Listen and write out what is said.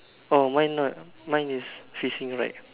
oh mine not mine is facing right